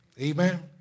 Amen